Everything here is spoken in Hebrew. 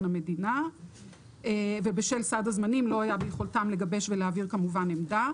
המדינה אבל בשל סד הזמנים לא היה ביכולתם לגבש ולהעביר עמדה.